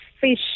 fish